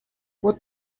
what